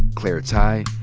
claire tighe,